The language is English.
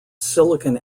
silicon